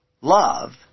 love